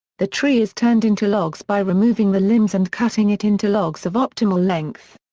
the tree is turned into logs by removing the limbs and cutting it into logs of optimal length.